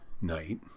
night